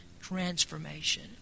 transformation